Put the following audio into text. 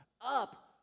up